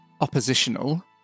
oppositional